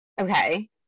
Okay